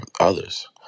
others